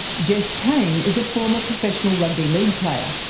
jess caine is a former professional rugby league player.